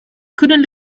couldn’t